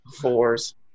fours